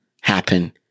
happen